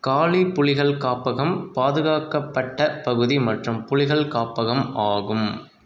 காளி புலிகள் காப்பகம் பாதுகாக்கப்பட்ட பகுதி மற்றும் புலிகள் காப்பகம் ஆகும்